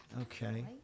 Okay